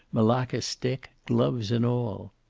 malacca stick, gloves, and all!